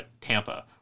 tampa